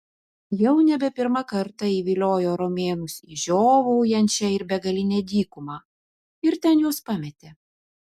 jau nebe pirmą kartą įviliojo romėnus į žiovaujančią ir begalinę dykumą ir ten juos pametė